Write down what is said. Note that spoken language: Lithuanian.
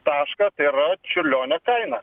tašką tai yra čiurlionio kainą